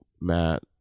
Matt